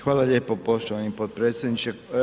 Hvala lijepo poštovani potpredsjedniče.